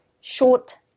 short